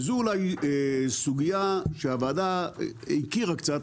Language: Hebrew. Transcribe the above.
זו סוגיה שהוועדה הכירה קצת,